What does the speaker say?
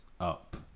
up